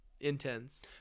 intense